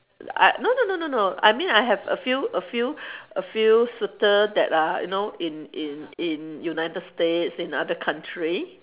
I no no no no no I mean I have a few a few a few suitor that are you know in in in united-states in other country